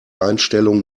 einstellung